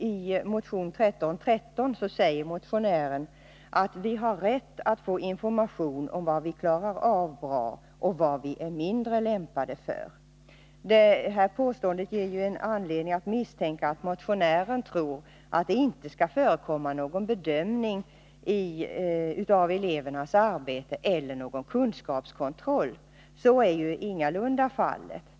I motion 1313 säger motionären att eleverna har rätt att få information om vad de klarar av bra och vad de är mindre lämpade för. Detta påpekande ger anledning misstänka att motionären tror att det inte skall förekomma någon bedömning av elevernas arbete eller någon kunskapskontroll. Så är ingalunda fallet.